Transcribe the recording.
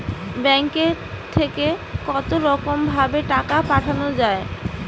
ব্যাঙ্কের থেকে কতরকম ভাবে টাকা পাঠানো য়ায়?